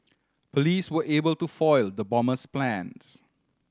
police were able to foil the bomber's plans